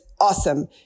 awesome